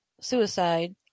suicide